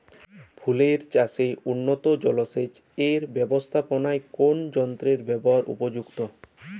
ফুলের চাষে উন্নত জলসেচ এর ব্যাবস্থাপনায় কোন যন্ত্রের ব্যবহার উপযুক্ত?